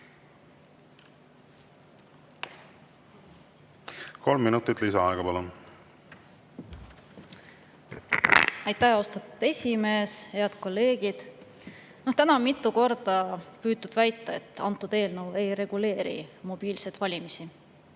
Kolm minutit lisaaega, palun! Aitäh, austatud esimees! Head kolleegid! Täna on mitu korda püütud väita, et antud eelnõu ei reguleeri mobiilseid valimisi.